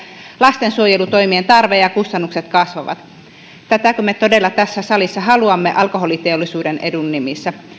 lastensuojelutoimien tarve ja kustannukset kasvavat tätäkö me todella tässä salissa haluamme alkoholiteollisuuden edun nimissä